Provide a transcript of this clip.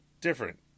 different